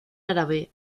árabe